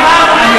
באתי ואמרתי,